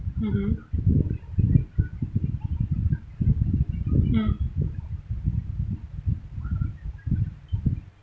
mmhmm mm